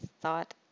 thought